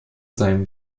seinem